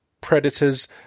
predators